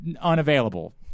unavailable